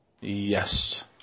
Yes